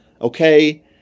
Okay